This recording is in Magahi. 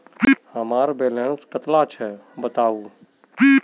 हमार बैलेंस कतला छेबताउ?